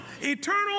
Eternal